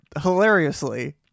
hilariously